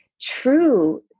true